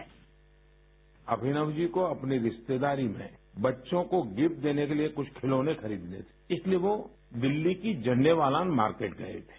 sound bite Abhinav ji को अपनी रिश्तेदारी में बच्चों को गिफ्ट देने के लिए कुछ खिलौने खरीदने थे इसलिए वो दिल्ली की झंडेवालान मार्किट गए थे